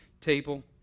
table